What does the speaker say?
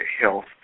health